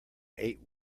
eight